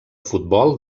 futbol